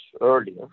earlier